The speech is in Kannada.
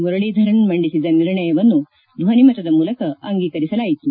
ಮುರಳೀಧರನ್ ಮಂಡಿಸಿದ ನಿರ್ಣಯವನ್ನು ಧ್ವನಿಮತದ ಮೂಲಕ ಅಂಗೀಕರಿಸಲಾಯಿತು